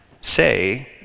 say